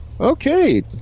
Okay